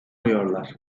arıyorlar